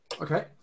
Okay